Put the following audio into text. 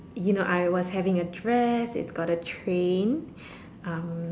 you know I was having a dress it's got a train um